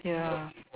ya